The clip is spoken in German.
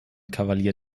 kavalier